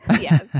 Yes